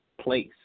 place